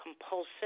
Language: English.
compulsive